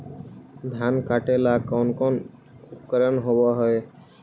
धान काटेला कौन कौन उपकरण होव हइ?